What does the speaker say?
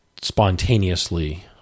spontaneously